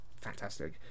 fantastic